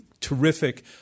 Terrific